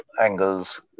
angles